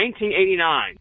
1989